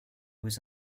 was